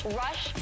rush